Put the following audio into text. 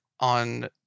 on